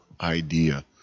idea